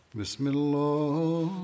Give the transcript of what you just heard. Bismillah